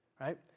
right